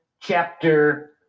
Chapter